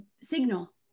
signal